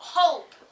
hope